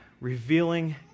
revealing